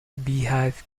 beehive